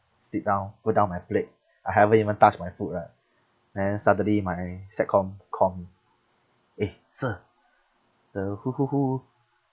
sit down put down my plate I haven't even touch my food right then suddenly my sec com call me eh sir the who who who